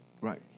Right